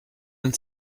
and